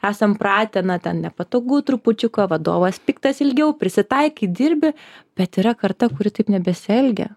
esam pratę na ten nepatogu trupučiuką vadovas piktas ilgiau prisitaikai dirbi bet yra karta kuri taip nebesielgia